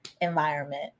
environment